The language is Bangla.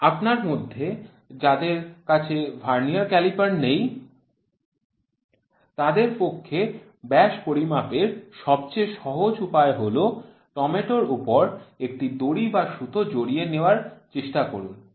আপনাদের মধ্যে যাদের কাছে ভার্নিয়ার ক্যালিপার নেই তাদের পক্ষে ব্যাস পরিমাপের সবচেয়ে সহজ উপায় হল টমেটোর উপর একটি দড়ি বা সুতো জড়িয়ে নেওয়ার চেষ্টা করুন